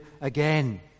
again